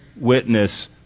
witness